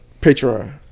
Patreon